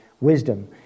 wisdom